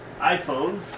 iPhone